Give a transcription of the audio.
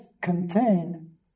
contain